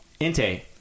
Inte